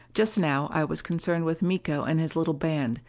just now i was concerned with miko and his little band,